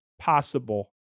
possible